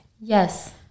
Yes